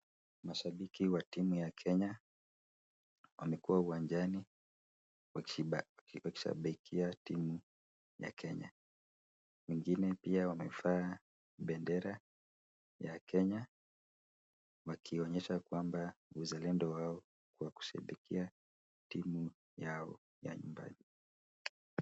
Mashabiki wa timu ya Kenya wamekuwa uwanjani wakishabikia timu ya Kenya. Wengine pia wamevaa bendera ya Kenya wakionyesha kwamba uzalendo wao wa kushabikia timu yao ya nyumbani.